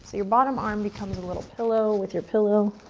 your bottom arm becomes a little pillow with your pillow.